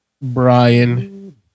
Brian